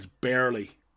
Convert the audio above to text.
barely